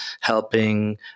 helping